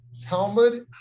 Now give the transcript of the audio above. Talmud